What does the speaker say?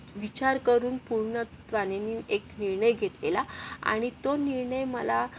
विचार करून पूर्णत्वाने मी एक निर्णय घेतलेला आणि तो निर्णय मला